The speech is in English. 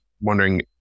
Wondering